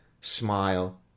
Smile